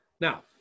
Now